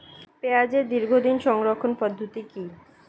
পেঁয়াজের দীর্ঘদিন সংরক্ষণ পদ্ধতি কি?